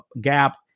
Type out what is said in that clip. gap